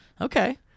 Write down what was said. Okay